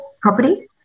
property